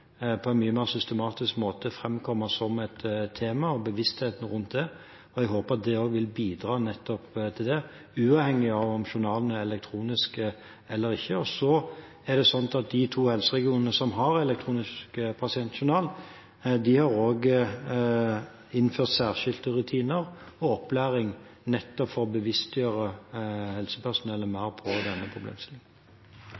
på en mye mer systematisk måte framgå som et tema, bevisstheten rundt det, og jeg håper at det også vil bidra nettopp til det – uavhengig av om journalen er elektronisk eller ikke. De to helseregionene som har elektroniske pasientjournaler, vil også innføre særskilte rutiner og opplæring nettopp for å bevisstgjøre helsepersonellet